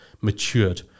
matured